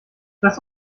lass